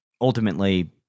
ultimately